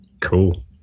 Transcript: Cool